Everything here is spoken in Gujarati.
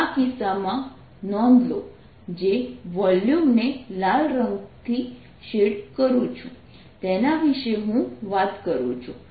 આ કિસ્સામાં નોંધ લો જે વોલ્યુમને લાલ રંગથી શેડ કરું છું તેના વિશે હું વાત કરું છું